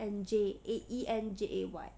aenjay A E N J A Y